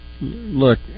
look